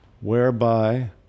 whereby